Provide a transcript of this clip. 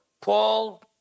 Paul